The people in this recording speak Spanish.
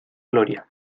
gloria